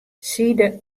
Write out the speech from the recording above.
side